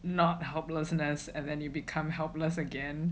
not helplessness and then you become helpless again